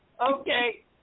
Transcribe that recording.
Okay